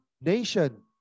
Nation